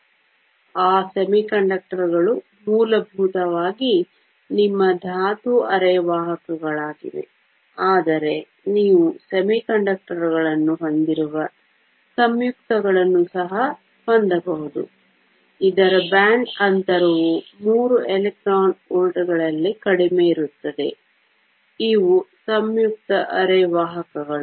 ಆದ್ದರಿಂದ ಆ ಅರೆವಾಹಕಗಳು ಮೂಲಭೂತವಾಗಿ ನಿಮ್ಮ ಧಾತು ಅರೆವಾಹಕಗಳಾಗಿವೆ ಆದರೆ ನೀವು ಅರೆವಾಹಕಗಳನ್ನು ಹೊಂದಿರುವ ಸಂಯುಕ್ತಗಳನ್ನು ಸಹ ಹೊಂದಬಹುದು ಇದರ ಬ್ಯಾಂಡ್ ಅಂತರವು 3 ಎಲೆಕ್ಟ್ರಾನ್ ವೋಲ್ಟ್ಗಳಲ್ಲಿ ಕಡಿಮೆ ಇರುತ್ತದೆ ಇವು ಸಂಯುಕ್ತ ಅರೆವಾಹಕಗಳು